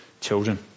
children